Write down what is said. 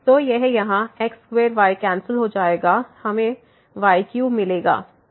तो यह यहाँ x2y कैंसिल हो जाएगा हमें y3 मिलेगा